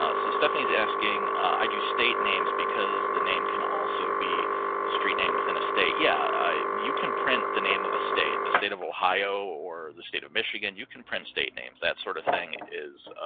ah so stephanie is asking, i do state names because the name can also be a street name within a state. yeah you can print the name of a state. the state of ohio or the state of michigan. you can print state names. that sort of thing is